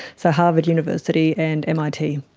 so harvard university and mit.